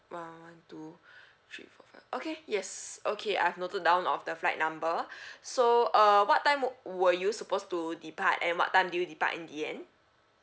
one one two three four five okay yes okay I've noted down of the flight number so uh what time wou~ were you supposed to depart and what time did you depart in the end